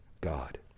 God